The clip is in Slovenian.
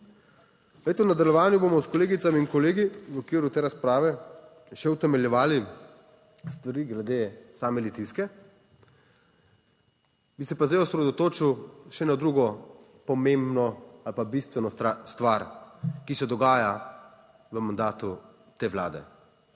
v nadaljevanju bomo s kolegicami in kolegi v okviru te razprave še utemeljevali stvari glede same Litijske, bi se pa zdaj osredotočil še na drugo pomembno ali pa bistveno stvar, ki se dogaja v mandatu te Vlade.